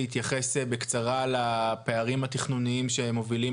להתייחס בקצרה לפערים התכנוניים שמובילים